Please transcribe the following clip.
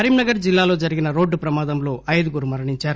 కరీంనగర్ జిల్లాలో జరిగిన రోడ్లు ప్రమాదంలో ఐదుగురు మరణించారు